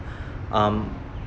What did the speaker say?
um